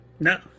No